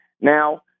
Now